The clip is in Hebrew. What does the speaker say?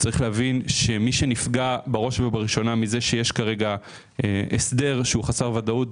צריך להבין שמי שנפגע בראש ובראשונה מכך שיש הסדר חסר ודאות,